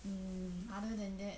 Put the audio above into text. mm other than that